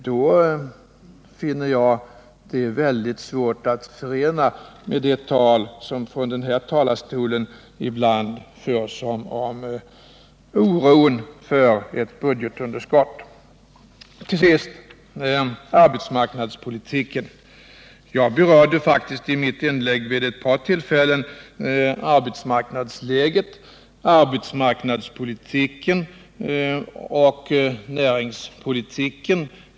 Det finner jag väldigt svårt att förena med det tal som ibland förs från denna talarstol om oron för ett budgetunderskott. Till sist arbetsmarknadspolitiken. Jag berörde faktiskt i mitt inlägg vid ett par tillfällen arbetsmarknadsläget, arbetsmarknadspolitiken och näringspolitiken.